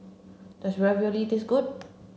does Ravioli taste good